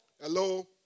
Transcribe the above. Hello